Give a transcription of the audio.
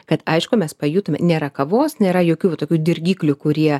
kad aišku mes pajutome nėra kavos nėra jokių va tokių dirgiklių kurie